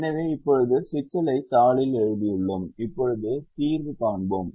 எனவே இப்போது சிக்கலை தாளில் எழுதியுள்ளோம் இப்போது தீர்வு காண்போம்